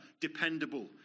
dependable